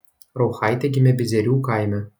rauchaitė gimė bizierių kaime